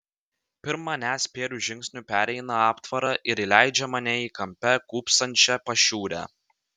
pirm manęs spėriu žingsniu pereina aptvarą ir įleidžia mane į kampe kūpsančią pašiūrę